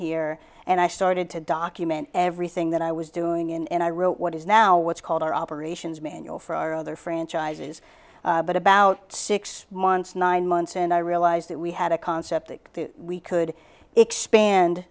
here and i started to document everything that i was doing and i wrote what is now what's called our operations manual for our other franchises but about six months nine months and i realized that we had a concept that we could